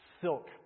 silk